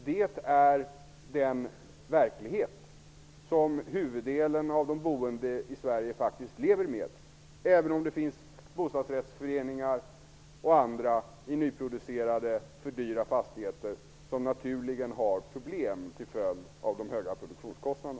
Detta är faktiskt den verklighet som huvuddelen av de boende i Sverige lever i, även om det finns bostadsrättsföreningar och andra som har problem på grund av de höga produktionskostnaderna i nya och alltför dyra fastigheter.